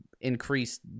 increased